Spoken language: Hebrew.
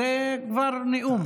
זה כבר נאום.